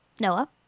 Noah